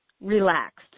relaxed